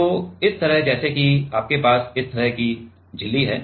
तो इस तरह जैसे कि आपके पास इस तरह की झिल्ली है